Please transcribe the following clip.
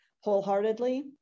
wholeheartedly